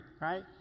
right